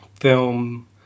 film